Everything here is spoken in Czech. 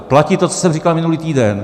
Platí to, co jsem říkal minulý týden.